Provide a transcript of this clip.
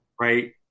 Right